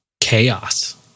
chaos